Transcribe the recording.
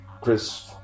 Chris